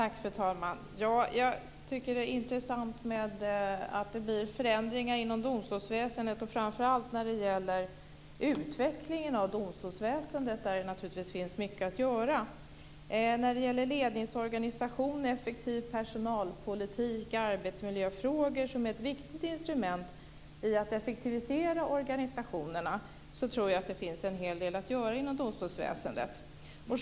Fru talman! Jag tycker att det är intressant att det blir förändringar inom domstolsväsendet, framför allt när det gäller utvecklingen av domstolsväsendet. Det finns mycket att göra. Jag tror att det finns en hel del att göra med ledningsorganisation, effektiv personalpolitik, arbetsmiljöfrågor. De är viktiga instrument i att effektivisera organisationerna.